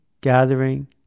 gathering